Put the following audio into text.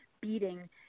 beating